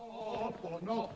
oh no